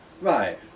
right